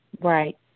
Right